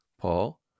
paul